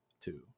two